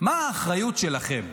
מה האחריות שלכם?